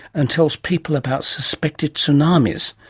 and tells people about suspected tsunamis,